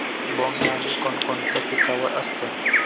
बोंडअळी कोणकोणत्या पिकावर असते?